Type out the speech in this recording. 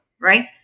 Right